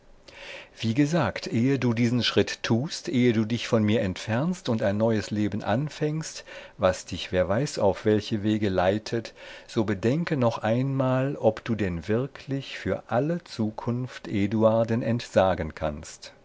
wie gesagt ehe du diesen schritt tust ehe du dich von mir entfernst und ein neues leben anfängst das dich wer weiß auf welche wege leitet so bedenke noch einmal ob du denn wirklich für alle zukunft eduarden entsagen kannst